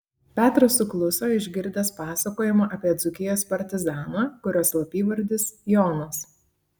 petras sukluso išgirdęs pasakojimą apie dzūkijos partizaną kurio slapyvardis jonas